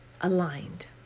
aligned